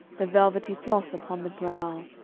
the velvety floss upon the brow,